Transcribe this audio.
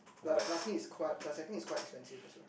but plus I think it's quite expensive also